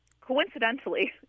coincidentally